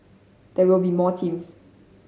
there will be more teams